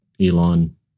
Elon